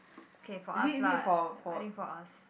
okay for us lah I think for us